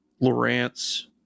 Lawrence